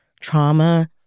trauma